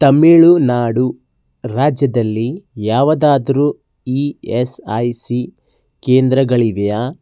ತಮಿಳ್ ನಾಡು ರಾಜ್ಯದಲ್ಲಿ ಯಾವುದಾದ್ರು E S I C ಕೇಂದ್ರಗಳಿದೆಯಾ